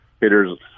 hitters